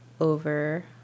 over